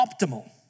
optimal